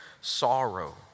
sorrow